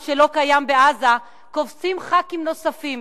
שלא קיים בעזה קופצים חברי כנסת נוספים.